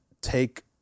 take